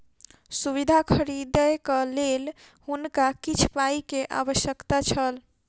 सुविधा खरीदैक लेल हुनका किछ पाई के आवश्यकता छल